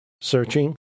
searching